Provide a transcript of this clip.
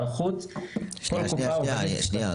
לעניין ההיערכות, כל קופה עובדת --- שנייה.